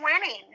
winning